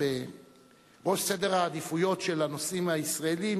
בראש סדר העדיפויות של הנושאים הישראליים,